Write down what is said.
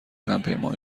همپیمان